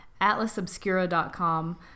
AtlasObscura.com